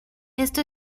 esto